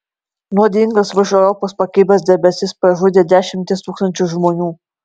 nuodingas virš europos pakibęs debesis pražudė dešimtis tūkstančių žmonių